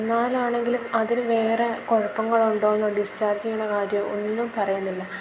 എന്നാലാണെങ്കിലും അതിൽ വേറെ കുഴപ്പങ്ങൾ ഉണ്ടോ എന്നും ഡിസ്ചാർജ് ചെയ്യുന്ന കാര്യമോ ഒന്നും പറയുന്നില്ല